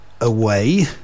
away